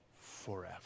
forever